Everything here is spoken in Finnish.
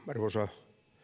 arvoisa